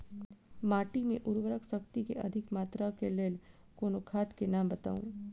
माटि मे उर्वरक शक्ति केँ अधिक मात्रा केँ लेल कोनो खाद केँ नाम बताऊ?